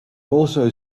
also